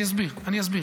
אני אסביר, אני אסביר.